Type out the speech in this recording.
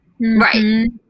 Right